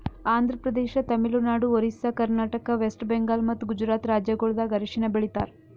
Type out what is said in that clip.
Andhra Pradesh, Tamil Nadu, Orissa, Karnataka, West Bengal ಮತ್ತ ಗುಜರಾತ್ ರಾಜ್ಯಗೊಳ್ದಾಗ್ ಅರಿಶಿನ ಬೆಳಿತಾರ್